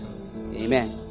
Amen